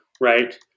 right